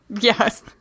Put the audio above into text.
yes